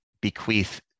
bequeath